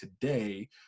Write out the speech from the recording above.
today